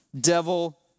devil